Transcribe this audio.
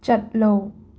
ꯆꯠꯂꯣ